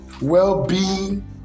well-being